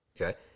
Okay